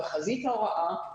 בחזית ההוראה,